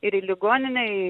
ir į ligoninę į